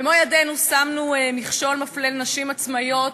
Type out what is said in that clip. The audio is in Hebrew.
במו-ידינו שמנו מכשול מפלה לנשים עצמאיות,